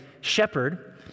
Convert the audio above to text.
shepherd